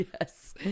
yes